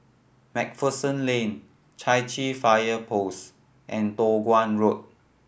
Macpherson Lane Chai Chee Fire Post and Toh Guan Road